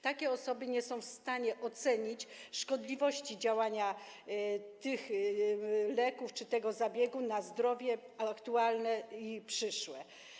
Takie osoby nie są w stanie ocenić szkodliwości oddziaływania tych leków czy tego zabiegu na ich zdrowie aktualne i przyszłe.